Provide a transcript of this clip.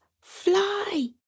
fly